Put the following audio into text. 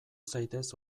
zaitez